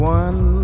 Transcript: one